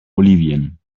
bolivien